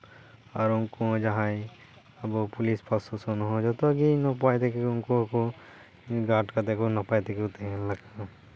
ᱟᱨ ᱩᱱᱠᱩ ᱦᱚᱸ ᱡᱟᱦᱟᱸᱭ ᱯᱩᱞᱤᱥ ᱯᱨᱚᱥᱟᱥᱚᱱ ᱦᱚᱸ ᱡᱚᱛᱚ ᱜᱮ ᱱᱟᱯᱟᱭ ᱛᱮᱜᱮ ᱠᱩ ᱜᱟᱨᱰ ᱠᱟᱛᱮ ᱱᱟᱯᱟᱭ ᱛᱮᱜᱮ ᱠᱚ ᱛᱟᱦᱮᱱ ᱞᱟᱜᱟᱜᱼᱟ